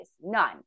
none